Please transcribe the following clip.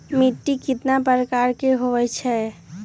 मिट्टी कतना प्रकार के होवैछे?